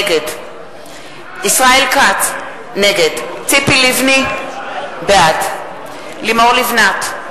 נגד ישראל כץ, נגד ציפי לבני, בעד לימור לבנת,